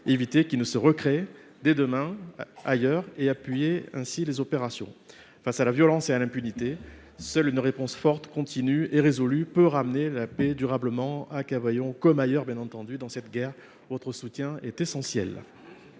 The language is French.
éviter qu’ils ne se recréent dès le lendemain ailleurs et appuyer ainsi les opérations. Face à la violence et à l’impunité, seule une réponse forte, continue et résolue peut ramener la paix durablement à Cavaillon comme ailleurs. Dans cette guerre, votre soutien est essentiel.